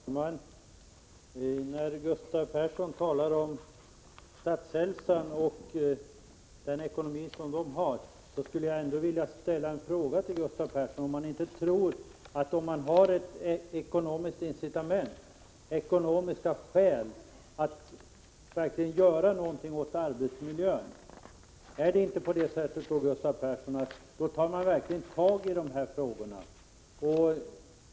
Herr talman! Gustav Persson talar om Statshälsan och ekonomin i det sammanhanget. Därför vill jag fråga: Är det inte på det sättet att man, om det finns ett ekonomiskt incitament, ekonomiska skäl, att verkligen göra någonting åt arbetsmiljön, också ger sig i kast med sådana frågor?